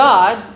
God